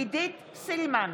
עידית סילמן,